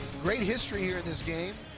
great history here in this game.